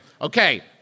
Okay